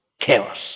chaos